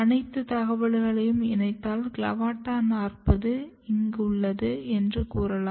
அனைத்து தகவல்களையும் இணைத்தல் CLAVATA 40 இங்கு உள்ளது என்று கூறலாம்